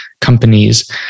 companies